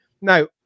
Now